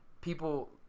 people